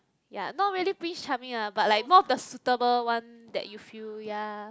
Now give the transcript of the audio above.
ya not really Prince-Charming lah but like more of the suitable one that you feel ya